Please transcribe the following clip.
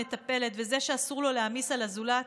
המטפלת וזה שאסור לו להעמיס על הזולת